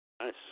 Nice